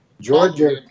Georgia